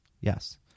Yes